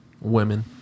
Women